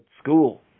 school